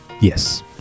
yes